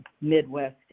Midwest